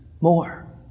more